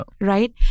right